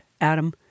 Adam